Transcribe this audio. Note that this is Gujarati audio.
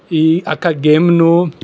એ આખા ગેમનું